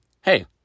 hey